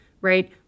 right